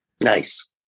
Nice